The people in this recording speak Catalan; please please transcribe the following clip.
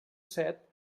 set